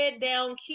down